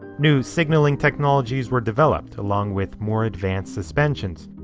new signaling technologies were developed along with more advanced suspensions.